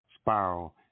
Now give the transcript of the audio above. spiral